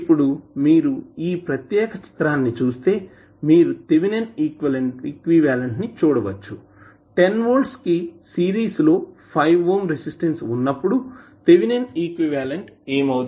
ఇప్పుడు మీరు ఈ ప్రత్యేక చిత్రాన్ని చూస్తే మీరు థేవినిన్ ఈక్వివలెంట్ ని చూడవచ్చు 10 వోల్ట్స్ కు సిరీస్ లో 5 ఓం రెసిస్టెన్స్ ఉన్నప్పుడుథేవినిన్ ఈక్వివలెంట్ ఏమి అవుతుంది